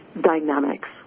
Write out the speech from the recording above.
dynamics